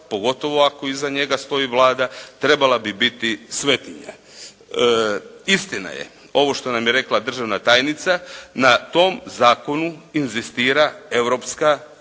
pogotovo ako iza njega stoji Vlada trebala bi biti svetinja. Istina je, ovo što nam je rekla državna tajnica, na tom zakonu inzistira Europska unija.